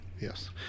Yes